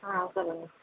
ஆ சொல்லுங்க